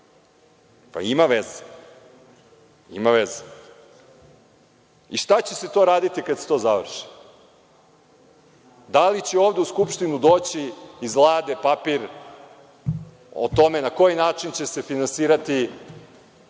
meseci. Ima veze. Šta će se to raditi kada se to završi? Da li će ovde u Skupštinu doći iz Vlade papir o tome na koji način će se finansirati